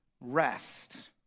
rest